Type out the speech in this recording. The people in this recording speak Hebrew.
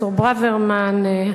פרופסור ברוורמן,